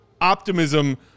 optimism